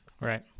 Right